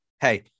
Hey